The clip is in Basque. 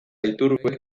iturbek